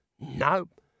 Nope